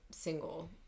single